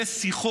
הוא